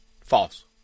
False